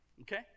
okay